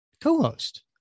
co-host